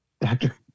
doctor